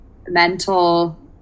mental